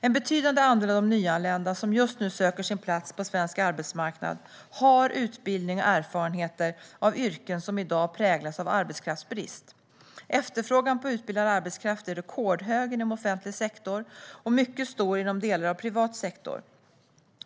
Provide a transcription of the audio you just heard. En betydande andel av de nyanlända som just nu söker sin plats på svensk arbetsmarknad har utbildning och erfarenheter av yrken som i dag präglas av arbetskraftsbrist. Efterfrågan på utbildad arbetskraft är rekordstor inom offentlig sektor och mycket stor inom delar av privat sektor.